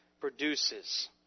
produces